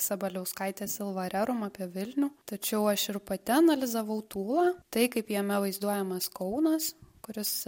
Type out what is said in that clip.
sabaliauskaitės silva rerum apie vilnių tačiau aš ir pati analizavau tūlą tai kaip jame vaizduojamas kaunas kuris